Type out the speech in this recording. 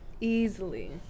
Easily